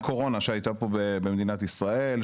מהקורונה שהייתה פה במדינת ישראל,